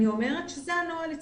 אני אומרת שזה הנוהל אצלי.